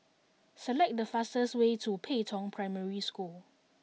select the fastest way to Pei Tong Primary School